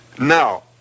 Now